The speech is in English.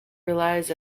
relies